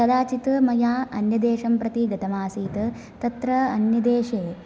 कदाचित् मया अन्यदेशं प्रति गतमासीत् तत्र अन्यदेशे